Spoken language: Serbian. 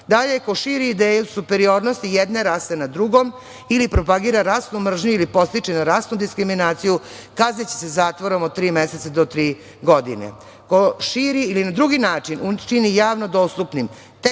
prava. Dalje, ko širi ideju superiornosti jedne rase nad drugom ili propagira rasnu mržnju ili podstiče na rasnu diskriminaciju, kazniće se zatvorom od tri meseca do tri godine. Ko širi ili na drugi način učini javno dostupnim